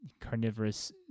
carnivorous